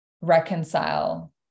reconcile